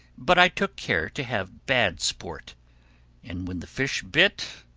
but i took care to have bad sport and when the fish bit,